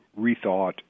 rethought